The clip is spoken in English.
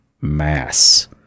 Mass